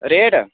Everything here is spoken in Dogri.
रेट